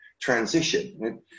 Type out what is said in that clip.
transition